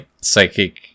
psychic